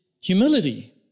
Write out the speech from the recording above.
humility